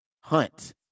hunt